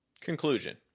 Conclusion